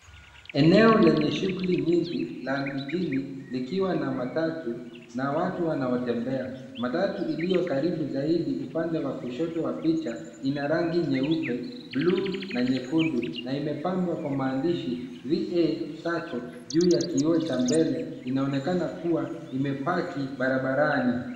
Eneo lenye shuguli nyingi la mijini likiwa na matatu na watu wanaotembea. Matatu iliyokaribu zaidi upande wa kushoto wa picha ina rangi nyeupe, buluu na nyekundu na imepambwa kwa maandishi cs[VA Sacco]cs juu ya kioo cha mbele, inaonekana kuwa imepaki barabarani.